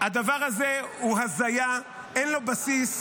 הדבר הזה הוא הזיה, אין לו בסיס.